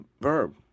verb